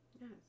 Yes